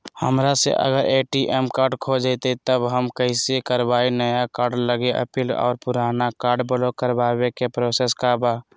हमरा से अगर ए.टी.एम कार्ड खो जतई तब हम कईसे करवाई नया कार्ड लागी अपील और पुराना कार्ड ब्लॉक करावे के प्रोसेस का बा?